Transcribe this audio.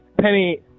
Penny